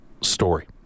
story